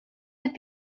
had